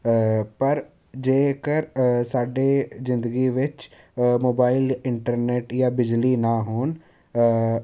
ਪਰ ਜੇਕਰ ਅ ਸਾਡੇ ਜ਼ਿੰਦਗੀ ਵਿੱਚ ਅ ਮੋਬਾਈਲ ਇੰਟਰਨੈਟ ਜਾਂ ਬਿਜਲੀ ਨਾ ਹੋਣ